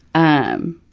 on